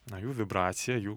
na jų vibracija jų